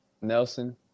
Nelson